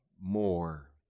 more